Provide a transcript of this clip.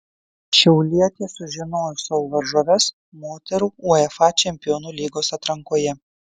šiaulietės sužinojo savo varžoves moterų uefa čempionų lygos atrankoje